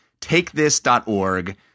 TakeThis.org